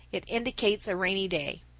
it indicates a rainy day.